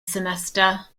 semester